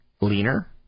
leaner